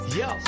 yo